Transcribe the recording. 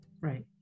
Right